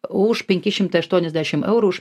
už penki šimtai aštuoniasdešim eurų už